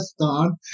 on